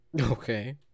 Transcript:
Okay